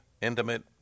intimate